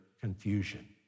confusion